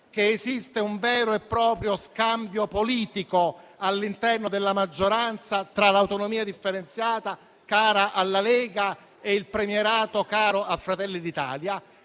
che esiste un vero e proprio scambio politico all'interno della maggioranza tra l'autonomia differenziata, cara alla Lega, e il premierato, caro a Fratelli d'Italia.